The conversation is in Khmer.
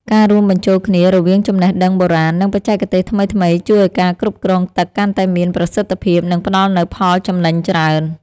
ការរួមបញ្ចូលគ្នារវាងចំណេះដឹងបុរាណ និងបច្ចេកទេសថ្មីៗជួយឱ្យការគ្រប់គ្រងទឹកកាន់តែមានប្រសិទ្ធភាព និងផ្តល់នូវផលចំណេញច្រើន។